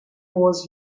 was